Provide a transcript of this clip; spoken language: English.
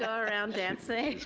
ah around dancing.